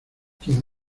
quien